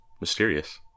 Mysterious